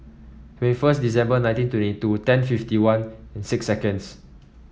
twenty first December nineteen twenty two fifty one six seconds